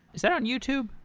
is that on youtube?